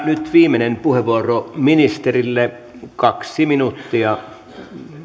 nyt viimeinen puheenvuoro ministerille kaksi minuuttia